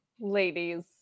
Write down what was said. Ladies